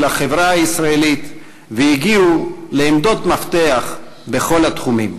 החברה הישראלית והגיעו לעמדות מפתח בכל התחומים.